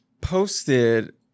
posted